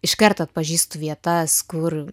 iš karto atpažįstu vietas kur